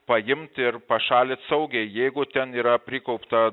paimt ir pašalit saugiai jeigu ten yra prikaupta